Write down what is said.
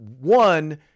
one